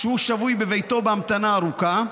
כשהוא שבוי בביתו בהמתנה ארוכה,